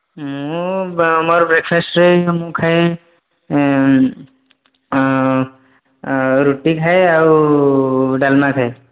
ମୁଁ ମୋର ବ୍ରେକ୍ଫାଷ୍ଟ୍ରେ ମୁଁ ଖାଏ ରୁଟି ଖାଏ ଆଉ ଡାଲ୍ମା ଖାଏ